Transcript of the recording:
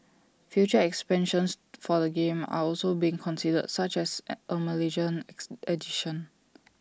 future expansions for the game are also being considered such as A Malaysian ex edition